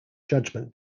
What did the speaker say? judgment